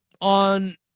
on